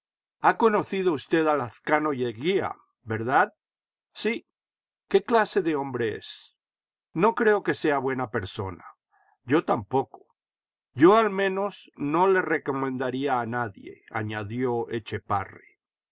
ha conocido usted a lazcano y eguía verdad sí qué clase de hombre es no creo que sea buena persona yo tampoco yo al menos no le recomendaría a nadie añadió etchepare